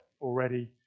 already